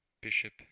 Bishop